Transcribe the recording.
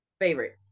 Favorites